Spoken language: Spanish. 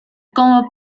como